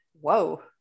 Whoa